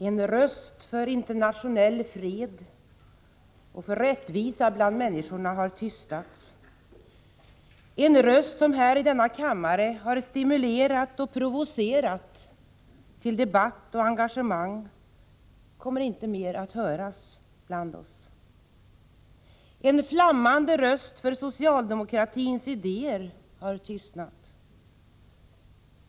En röst för internationell fred och för rättvisa bland människorna har tystats. En röst som här i denna kammare har stimulerat och provocerat till debatt och engagemang kommer inte mer att höras bland oss. En flammande röst för socialdemokratins idéer har tystnat.